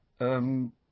Um